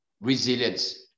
resilience